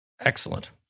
Excellent